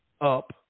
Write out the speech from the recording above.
up